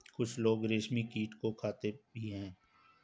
कुछ लोग रेशमकीट को खाते भी हैं